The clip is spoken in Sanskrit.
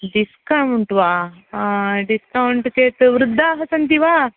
डिस्कौन्ट् वा डिस्कौन्ट् चेत् वृद्धाः सन्ति वा